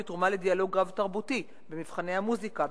ותרומה לדיאלוג רב-תרבותי במבחני המוזיקה,